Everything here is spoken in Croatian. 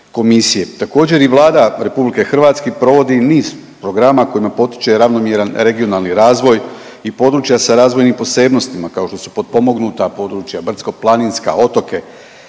Također i Vlada Republike Hrvatske provodi i niz programa kojima potiče ravnomjeran regionalni razvoj i područja sa razvojnim posebnostima kao što su potpomognuta područja, brdsko-planinska, otoke.